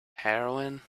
heroine